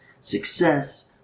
success